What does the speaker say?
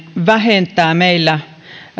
vähentää meillä